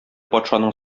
патшаның